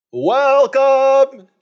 Welcome